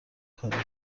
کاری